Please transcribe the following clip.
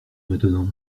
maintenant